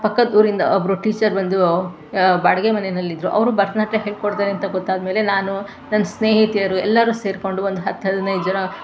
ಪಕ್ಕದ ಊರಿಂದ ಒಬ್ಬರು ಟೀಚರ್ ಬಂದು ಬಾಡಿಗೆ ಮನೆಯಲ್ಲಿದ್ರು ಅವರು ಭರತನಾಟ್ಯ ಹೇಳಿಕೊಡ್ತಾರೆ ಅಂತ ಗೊತ್ತಾದಮೇಲೆ ನಾನು ನನ್ನ ಸ್ನೇಹಿತೆಯರು ಎಲ್ಲರೂ ಸೇರಿಕೊಂಡು ಒಂದು ಹತ್ತು ಹದಿನೈದು ಜನ